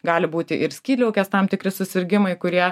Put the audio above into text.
gali būti ir skydliaukės tam tikri susirgimai kurie